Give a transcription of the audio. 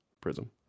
Prism